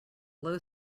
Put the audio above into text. low